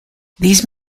these